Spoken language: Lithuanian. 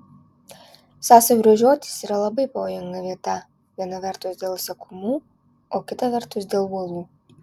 sąsiaurio žiotys yra labai pavojinga vieta viena vertus dėl seklumų o kita vertus dėl uolų